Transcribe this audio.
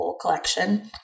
Collection